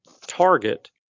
target